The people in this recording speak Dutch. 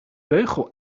beugel